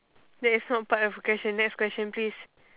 that is not part of the question next question please